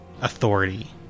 Authority